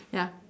ya